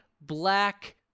black